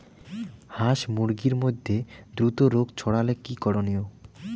হাস মুরগির মধ্যে দ্রুত রোগ ছড়ালে কি করণীয়?